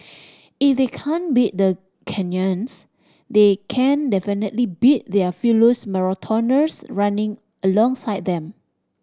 if they can't beat the Kenyans they can definitely beat their marathoners running alongside them